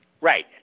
Right